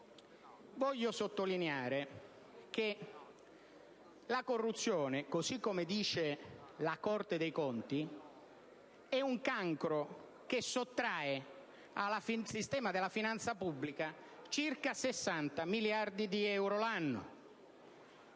Voglio sottolineare che la corruzione, così come dice la Corte dei conti, è un cancro che sottrae al sistema della finanza pubblica circa 60 miliardi di euro l'anno.